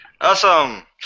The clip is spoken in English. Awesome